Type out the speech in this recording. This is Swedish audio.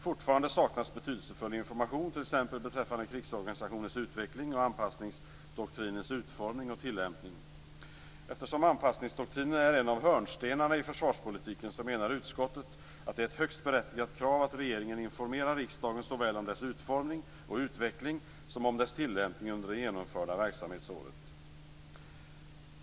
Fortfarande saknas betydelsefull information, t.ex. beträffande krigsorganisationens utveckling och anpassningsdoktrinens utformning och tillämpning. Eftersom anpassningsdoktrinen är en av hörnstenarna i försvarspolitiken, menar utskottet att det är ett högst berättigat krav att regeringen informerar riksdagen såväl om dess utformning och utveckling som om dess tillämpning under det genomförda verksamhetsåret.